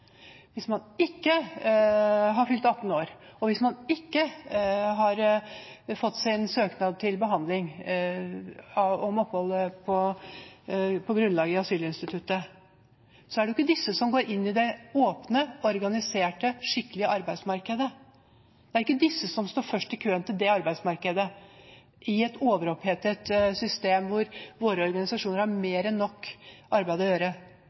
hvis man ikke har fylt 18 år, og hvis man ikke har fått sin søknad til behandling om opphold på grunnlag av asylinstituttet, går man ikke inn i det åpne, organiserte, skikkelige arbeidsmarkedet. Det er ikke disse som står først i køen til det arbeidsmarkedet i et overopphetet system hvor våre organisasjoner har mer enn nok arbeid å gjøre.